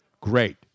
great